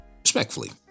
Respectfully